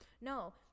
No